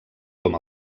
com